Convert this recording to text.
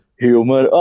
humor